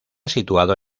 situada